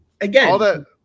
again